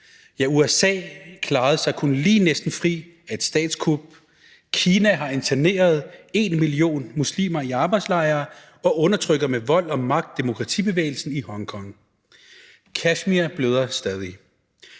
Ja, USA klarede sig kun lige næsten fri af et statskup. Kina har interneret en million muslimer i arbejdslejre og undertrykker med vold og magt demokratibevægelsen i Hongkong. Kashmir bløder stadig.